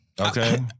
okay